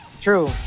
True